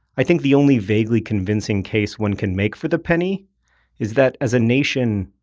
i think the only vaguely convincing case one can make for the penny is that as a nation,